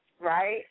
Right